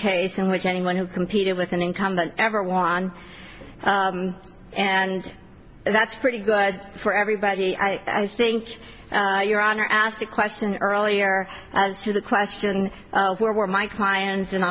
case in which anyone who competed with an incumbent ever won and that's pretty good for everybody i think your honor asked a question earlier as to the question of where were my clients in